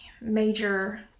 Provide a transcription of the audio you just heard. major